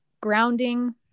grounding